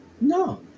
no